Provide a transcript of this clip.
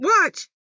watch